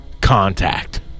contact